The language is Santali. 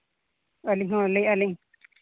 ᱟᱹᱞᱤ ᱦᱚᱸ ᱞᱟᱹᱭᱮᱜ ᱟᱹᱞᱤᱧ